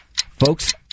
Folks